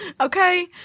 okay